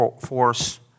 force